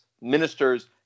Ministers